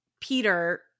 peter